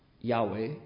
Yahweh